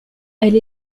elle